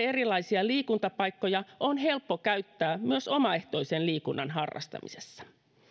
erilaisia liikuntapaikkoja on helppo käyttää myös omaehtoisen liikunnan harrastamisessa